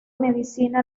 medicina